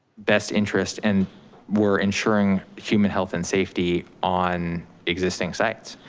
best interest and we're ensuring human health and safety on existing sites.